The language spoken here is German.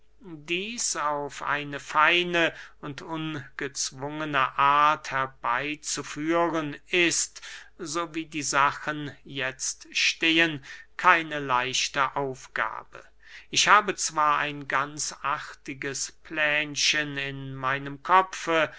dieß auf eine feine und ungezwungene art herbeyzuführen ist so wie die sachen jetzt stehen keine leichte aufgabe ich habe zwar ein ganz artiges plänchen in meinem kopfe